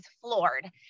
floored